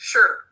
Sure